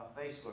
Facebook